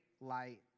light